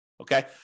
okay